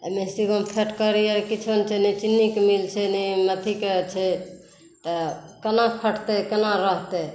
अहि महिसी गाँवमे फैक्टरी आओर किछु नहि छै नहि चीनीके मिल छै नहि अथीके छै तऽ कोना खटतै कोना रहतै